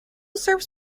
serves